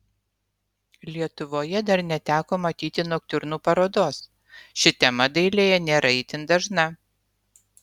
lietuvoje dar neteko matyti noktiurnų parodos ši tema dailėje nėra itin dažna